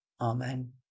Amen